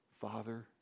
Father